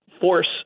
force